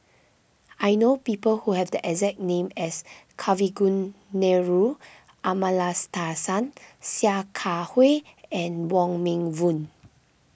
I know people who have the exact name as Kavignareru Amallathasan Sia Kah Hui and Wong Meng Voon